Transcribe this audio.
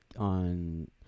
on